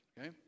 Okay